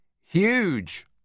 huge